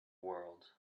world